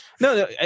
No